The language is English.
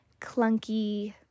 clunky